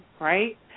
right